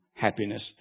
Happiness